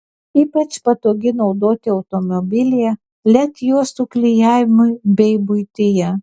ypač patogi naudoti automobilyje led juostų klijavimui bei buityje